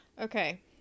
okay